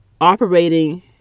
operating